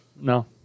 No